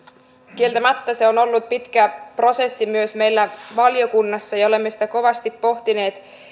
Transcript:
kieltämättä se on ollut pitkä prosessi myös meillä valiokunnassa ja ja olemme sitä kovasti pohtineet